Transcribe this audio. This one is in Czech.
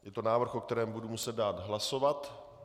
Je to návrh o kterém budu muset dál hlasovat.